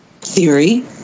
theory